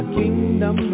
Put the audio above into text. kingdom